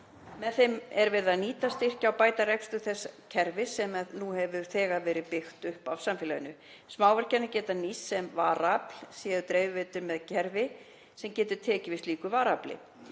Með þeim er því verið að nýta, styrkja og bæta rekstur þess raforkukerfis sem nú þegar hefur verið byggt upp af samfélaginu. Smávirkjanir geta nýst sem varaafl séu dreifiveitur með kerfi sem getur tekið við slíku varaafli.